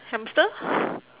hamster